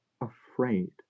afraid